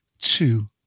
two